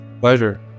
Pleasure